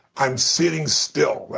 i'm sitting still.